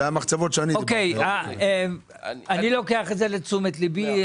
זה המחצבות שאני --- אני לוקח את זה לתשומת לבי.